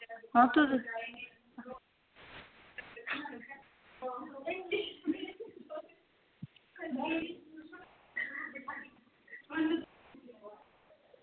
आं तुस